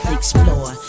explore